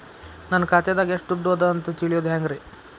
ನನ್ನ ಖಾತೆದಾಗ ಎಷ್ಟ ದುಡ್ಡು ಅದ ಅಂತ ತಿಳಿಯೋದು ಹ್ಯಾಂಗ್ರಿ?